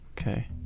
Okay